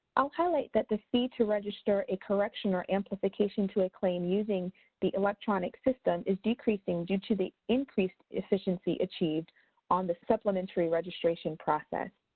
i'll highlight that the fee to register a correction or amplification to a claim using the electronic system is decreasing due to the increased efficiency achieved on the supplementary registration process.